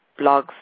blogs